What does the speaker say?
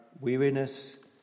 weariness